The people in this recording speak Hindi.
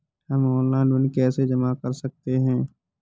हम ऑनलाइन बिल कैसे जमा कर सकते हैं?